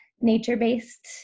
nature-based